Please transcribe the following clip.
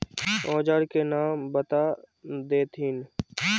औजार के नाम बता देथिन?